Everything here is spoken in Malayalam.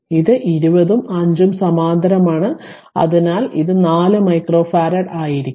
ഈ 20 ഉം 5 ഉം സമാന്തരമാണ് അതിനാൽ ഇത് 4 മൈക്രോഫറാഡ് ആയിരിക്കും